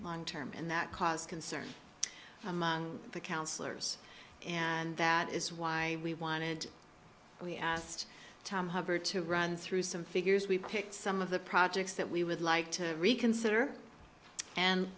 long term and that caused concern among the counselors and that is why we wanted we asked tom hubbard to run through some figures we picked some of the projects that we would like to reconsider and